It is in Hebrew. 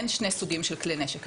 אין שני סוגים של כלי נשק,